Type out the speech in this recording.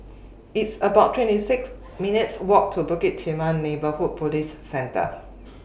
It's about twenty six minutes' Walk to Bukit Timah Neighbourhood Police Centre